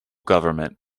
government